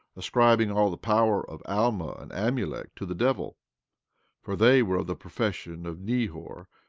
ascribing all the power of alma and amulek to the devil for they were of the profession of nehor,